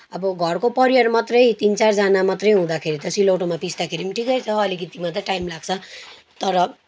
अब घरको परिवार मात्रै तिन चारजाना मात्रै हुँदाखेरि त सिलौटोमा पिस्दाखेरि पनि ठिकै छ अलिकति मात्रै टाइम लाग्छ तर